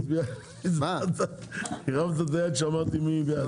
ההסתייגויות לא